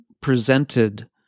presented